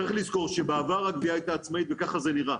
צריך לזכור שבעבר הגבייה הייתה עצמאית וככה זה נראה.